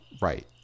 right